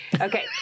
Okay